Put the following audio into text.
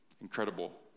Incredible